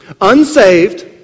Unsaved